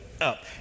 up